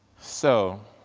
so,